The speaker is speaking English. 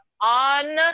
on